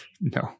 No